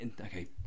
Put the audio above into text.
okay